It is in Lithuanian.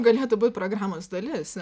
galėtų būt programos dalis